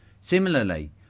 similarly